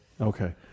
okay